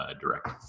direct